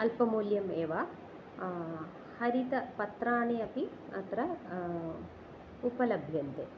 अल्पमूल्यमेव हरितपत्राणि अपि अत्र उपलभ्यन्ते